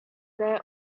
there